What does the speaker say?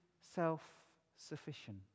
self-sufficient